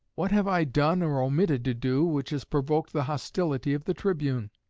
what have i done, or omitted to do, which has provoked the hostility of the tribune?